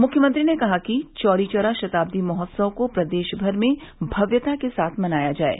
मुख्यमंत्री ने कहा कि चौरीचौरा शताब्दी महोत्सव को प्रदेशभर में भव्यता के साथ मनाया जाये